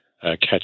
catch